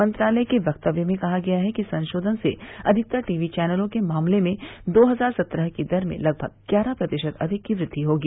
मंत्रालय के वक्तव्य में कहा गया है कि संशोधन से अधिकतर टीवीचैनलों के मामले में दो हजार सत्रह की दर में लगभग ग्यारह प्रतिशत अधिक की वृद्वि होगी